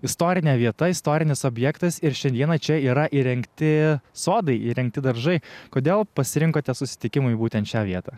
istorinė vieta istorinis objektas ir šiandieną čia yra įrengti sodai įrengti daržai kodėl pasirinkote susitikimui būtent šią vietą